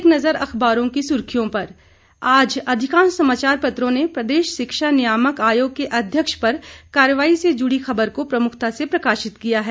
एक नज़र अखबारों की सुर्खियों पर आज अधिकांश समाचार पत्रों ने प्रदेश शिक्षा नियामक आयोग के अध्यक्ष पर कार्रवाई से जुड़ी खबर को प्रमुखता से प्रकाशित किया है